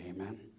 Amen